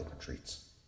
treats